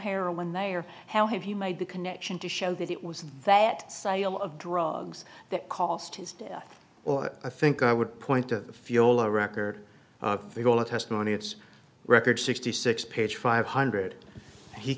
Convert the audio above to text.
heroin they are how have you made the connection to show that it was that sale of drugs that cost his death well i think i would point to the fuel a record of the all the testimony it's record sixty six page five hundred he